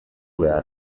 behar